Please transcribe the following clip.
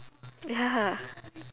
ya